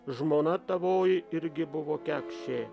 žmona tavoji irgi buvo kekšė